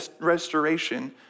restoration